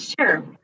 Sure